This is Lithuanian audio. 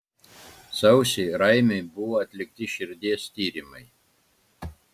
sausį raimiui buvo atlikti širdies tyrimai